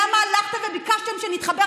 למה הלכתם וביקשתם שנתחבר?